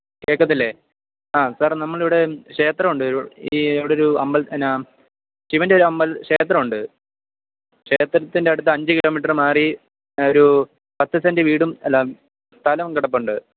കേൾക്കത്തില്ലേ ആ സാർ നമ്മളുടെ ഇവിടെ ക്ഷേത്രമുണ്ട് ഈ ഇവിടെ ഒരു എന്നാ ശിവൻറ്റൊരു ക്ഷേത്രമുണ്ട് ക്ഷേത്രത്തിൻ്റെ അടുത്ത് അഞ്ച് കിലോമീറ്റർ മാറി ഒരു പത്തു സെൻ്റെ് വീടും അല്ല സ്ഥലം കിടപ്പുണ്ട്